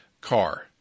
car